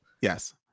Yes